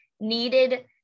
needed